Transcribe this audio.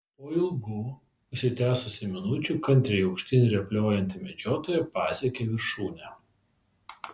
po ilgų užsitęsusių minučių kantriai aukštyn rėpliojanti medžiotoja pasiekė viršūnę